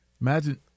Imagine